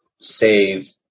save